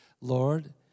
Lord